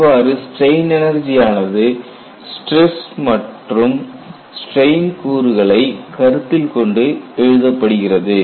இவ்வாறு strain energy ஆனது stress மற்றும் ஸ்ட்ரெயின் கூறுகளை கருத்தில் கொண்டு எழுதப்படுகிறது